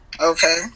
okay